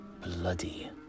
bloody